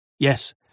Yes